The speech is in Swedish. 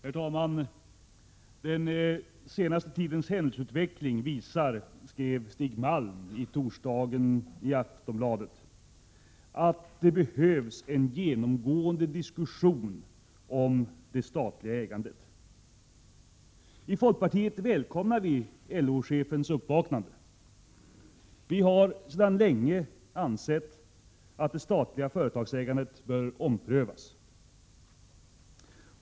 Herr talman! Den senaste tidens händelseutveckling visar, skrev Stig Malm i torsdags i Aftonbladet, ”att det behövs en genomgående diskussion om det statliga ägandet”. I folkpartiet välkomnar vi LO-chefens uppvaknande. Vi har sedan länge ansett att det statliga företagsägandet bör omprövas.